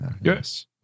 Yes